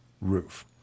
roof